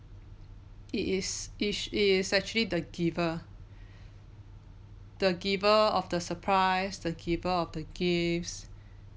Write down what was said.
it is each is actually the giver the giver of the surprise the giver of the gifts